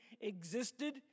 existed